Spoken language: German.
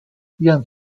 jan